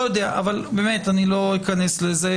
שוב, אני לא אכנס לזה.